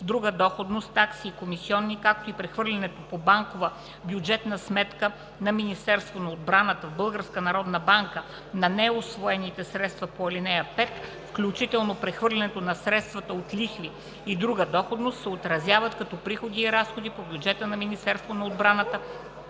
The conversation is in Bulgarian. друга доходност, такси и комисиони, както и прехвърлянето по банкова бюджетна сметка на Министерството на отбраната в Българската народна банка на неусвоени средства по ал. 5, включително прехвърлянето на средствата от лихви и друга доходност, се отразяват като приходи и разходи по бюджета на Министерството на отбраната